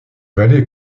vallée